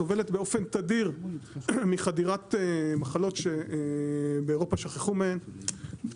סובלת באופן תדיר מחדירת מחלות שבאירופה שכחו מהן,